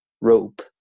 rope